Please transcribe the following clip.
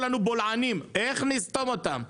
איך נסתום אותם?